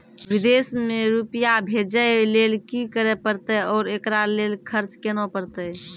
विदेश मे रुपिया भेजैय लेल कि करे परतै और एकरा लेल खर्च केना परतै?